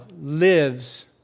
lives